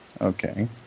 Okay